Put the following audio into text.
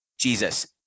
Jesus